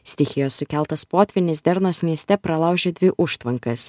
stichijos sukeltas potvynis dernos mieste pralaužė dvi užtvankas